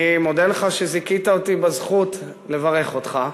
אני מודה לך שזיכית אותי בזכות לברך אותך,